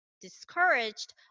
discouraged